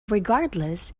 regardless